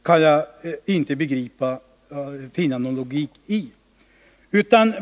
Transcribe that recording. Jag kan inte förstå logiken i det.